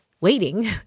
waiting